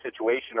situation